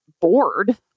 bored